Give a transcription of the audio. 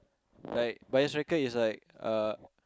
like bias wrecker is like uh